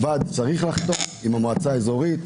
הוועד צריך לחתום עם המועצה האזורית,